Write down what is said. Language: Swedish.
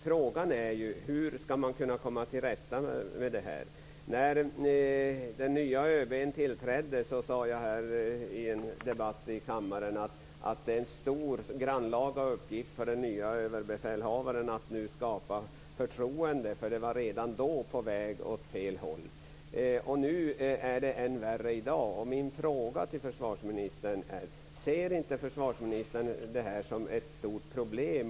Frågan är ju: Hur ska man kunna komma till rätta med detta? När den nye ÖB:n tillträdde sade jag här i en debatt i kammaren att det är stor och grannlaga uppgift för den nya överbefälhavaren att nu skapa förtroende. Det var redan då på väg åt fel håll, och det är än värre i dag. Min fråga till försvarsministern är: Ser inte försvarsministern det här som ett stort problem?